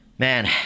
Man